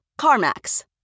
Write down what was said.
CarMax